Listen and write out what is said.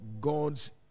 god's